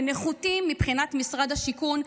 ונחותים מבחינת משרד השיכון,